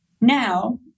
Now